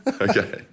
Okay